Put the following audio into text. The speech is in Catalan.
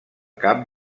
cap